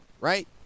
right